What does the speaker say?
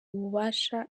ububasha